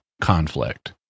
conflict